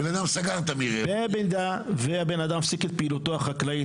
הבן-אדם סגר את המרעה --- במידה והבן-אדם מפסיק את פעילותו החקלאית